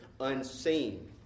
unseen